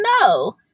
no